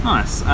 Nice